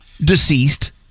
Deceased